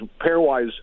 pairwise